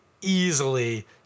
easily